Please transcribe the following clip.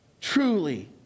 truly